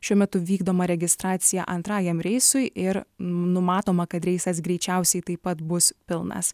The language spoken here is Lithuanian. šiuo metu vykdoma registracija antrajam reisui ir numatoma kad reisas greičiausiai taip pat bus pilnas